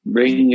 Bring